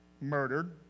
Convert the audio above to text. murdered